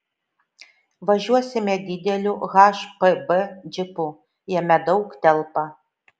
važiuosime dideliu hpb džipu jame daug telpa